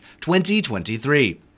2023